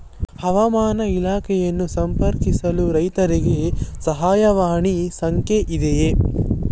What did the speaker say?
ಹವಾಮಾನ ಇಲಾಖೆಯನ್ನು ಸಂಪರ್ಕಿಸಲು ರೈತರಿಗೆ ಸಹಾಯವಾಣಿ ಸಂಖ್ಯೆ ಇದೆಯೇ?